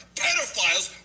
pedophiles